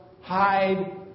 hide